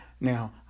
Now